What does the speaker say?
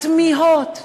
התמיהות,